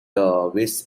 wish